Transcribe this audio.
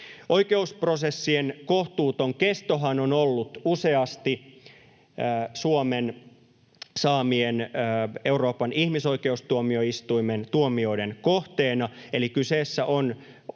Oikeusprosessien kohtuuton kestohan on ollut useasti Suomen saamien Euroopan ihmisoikeustuomioistuimen tuomioiden kohteena, eli kyseessä on